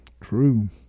True